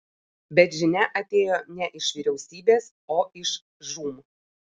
bet žinia atėjo ne iš vyriausybės o iš žūm